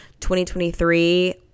2023